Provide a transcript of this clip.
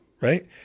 right